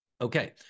Okay